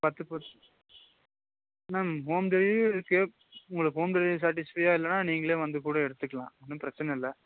பத்து பத் ma'am home டெலிவரியும் இருக்குது உங்களுக்கு ஹோம் டெலிவரி சாட்டிஸ்ஃபையாக இல்லைனா நீங்களே வந்து கூட எடுத்துக்கலாம் ஒன்றும் பிரச்சின இல்லை